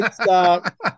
Stop